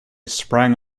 sprang